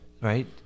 right